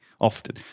often